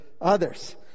others